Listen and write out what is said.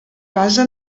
basa